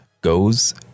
goes